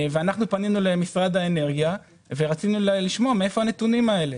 אנחנו פנינו למשרד האנרגיה ורצינו לשמוע מאיפה הנתונים האלה.